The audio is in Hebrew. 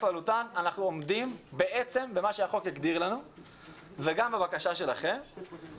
אנחנו בעצם עומדים במה שהחוק הגדיר לנו וגם בבקשה של גורמי